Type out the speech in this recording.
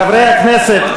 חברי הכנסת,